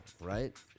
right